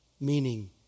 Meaning